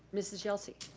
mrs. yelsey?